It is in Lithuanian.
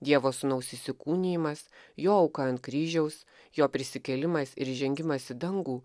dievo sūnaus įsikūnijimas jo auka ant kryžiaus jo prisikėlimas ir įžengimas į dangų